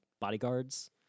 bodyguards